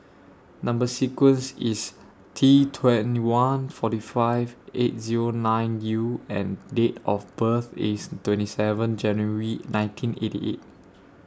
Number sequence IS T twenty one forty five eight Zero nine U and Date of birth IS twenty seven January nineteen eighty eight